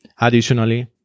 Additionally